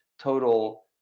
total